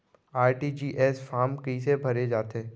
RTGS form कइसे भरे जाथे?